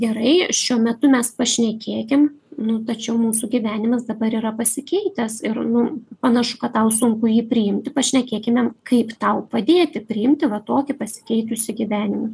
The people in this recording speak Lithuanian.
gerai šiuo metu mes pašnekėkim nu tačiau mūsų gyvenimas dabar yra pasikeitęs ir nu panašu kad tau sunku jį priimti pašnekėkime kaip tau padėti priimti va tokį pasikeitusį gyvenimą